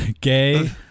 gay